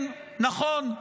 כן, נכון,